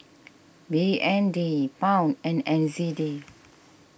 B N D Pound and N Z D